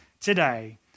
today